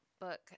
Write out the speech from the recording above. book